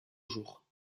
jours